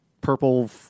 purple